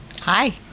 Hi